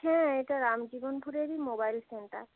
হ্যাঁ এটা রামজীবনপুরেরই মোবাইল সেন্টার